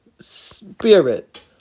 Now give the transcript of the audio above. spirit